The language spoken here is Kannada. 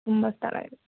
ತುಂಬ ಸ್ಥಳ ಇದೆ